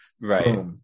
Right